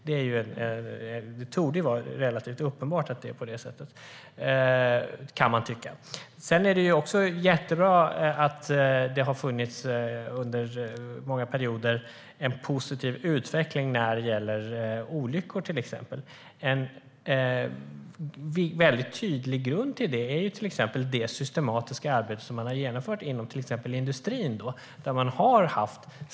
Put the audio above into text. Det torde vara relativt uppenbart att det är på det sättet, kan man tycka. Sedan är det jättebra att det har varit en positiv utveckling under många perioder när det gäller olyckor. En väldigt tydlig grund till det är det systematiska arbete som man har genomfört inom industrin.